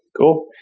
cool.